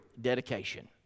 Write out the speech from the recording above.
dedication